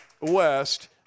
West